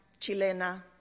Chilena